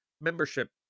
membership